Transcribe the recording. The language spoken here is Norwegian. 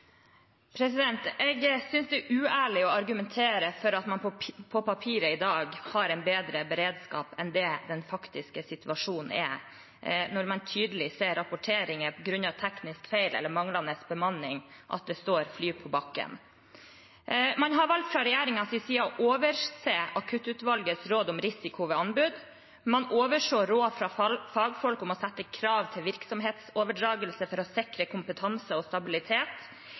Jeg synes det er uærlig å argumentere for at man på papiret i dag har en bedre beredskap enn det som er den faktiske situasjonen, når man tydelig ser rapporteringer om at det står fly på bakken på grunn av teknisk feil eller manglende bemanning. Man har fra regjeringens side valgt å overse akuttutvalgets råd om risiko ved anbud. Man overså råd fra fagfolk om å stille krav til virksomhetsoverdragelse for å sikre kompetanse og stabilitet.